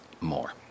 more